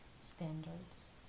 standards